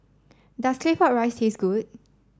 does Claypot Rice taste good